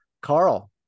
Carl